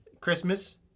Christmas